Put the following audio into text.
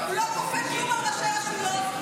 הוא לא כופה כלום על ראשי רשויות,